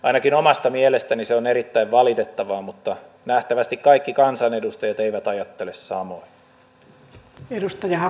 ainakin omasta mielestäni se on erittäin valitettavaa mutta nähtävästi kaikki kansanedustajat eivät ajattele samoin